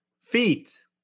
Feet